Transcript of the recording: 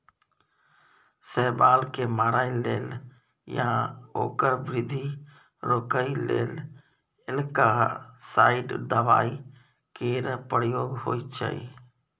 शैबाल केँ मारय लेल या ओकर बृद्धि रोकय लेल एल्गासाइड दबाइ केर प्रयोग होइ छै